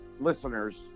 listeners